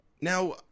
Now